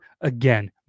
again